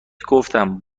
گفتم